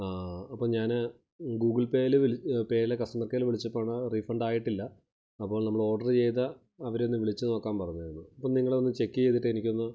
അപ്പം ഞാന് ഗൂഗിൾ പേയിലെ പേയിലെ കസ്റ്റമർ കെയറിൽ വിളിച്ചപ്പോള് റിഫണ്ടായിട്ടില്ല അപ്പം നമ്മൾ ഓർഡർ ചെയ്ത് അവരെ ഒന്ന് വിളിച്ച് നോക്കാൻ പറഞ്ഞായിരുന്നു അപ്പോൾ നിങ്ങളൊന്ന് ചെക്ക് ചെയ്തിട്ട് എനിക്കൊന്ന്